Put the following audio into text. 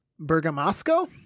Bergamasco